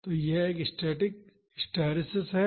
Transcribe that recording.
तो यह एक स्टैटिक हिस्टैरिसीस है